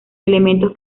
elementos